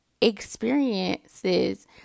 experiences